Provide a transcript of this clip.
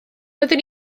oeddwn